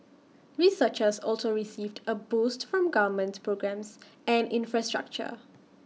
researchers also received A boost from government programmes and infrastructure